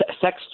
Sex